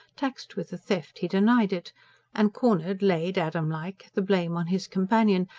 taxed with the theft he denied it and cornered, laid, adam-like, the blame on his companion,